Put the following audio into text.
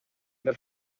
del